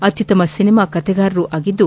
ಅತ್ಯುತ್ತಮ ಸಿನಿಮಾ ಕಥೆಗಾರರು ಆಗಿದ್ದು